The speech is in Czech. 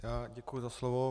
Já děkuji za slovo.